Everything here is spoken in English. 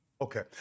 Okay